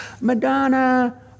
Madonna